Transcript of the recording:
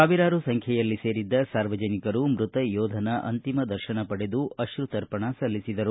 ಸಾವಿರಾರು ಸಂಖ್ಯೆಯಲ್ಲಿ ಸೇರಿದ್ದ ಸಾರ್ವಜನಿಕರು ಮೃತ ಯೋಧನ ಅಂತಿಮ ದರ್ಶನ ಪಡೆದು ಅಶ್ರುತರ್ಪಣ ಸಲ್ಲಿಸಿದರು